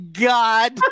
God